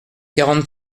quarante